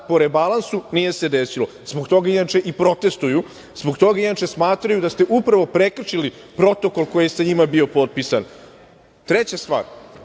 po rebalansu nije se desilo, zbog toga inače i protestvuju, zbog toga inače smatraju da ste upravo prekršili protokol koji je sa njima bio potpisan. Treća stvar,